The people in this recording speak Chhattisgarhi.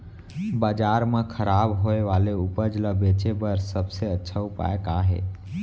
बाजार मा खराब होय वाले उपज ला बेचे बर सबसे अच्छा उपाय का हे?